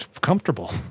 comfortable